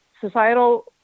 societal